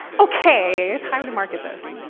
ok, time to market this.